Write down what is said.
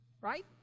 Right